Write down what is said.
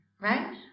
right